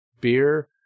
beer